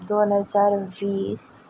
दोन हजार वीस